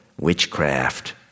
witchcraft